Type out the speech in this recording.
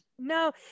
no